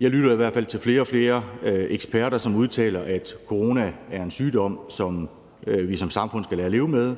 Jeg hører flere og flere eksperter, som udtaler, at corona er en sygdom, som vi som samfund skal lære at leve med,